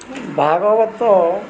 Bhagavata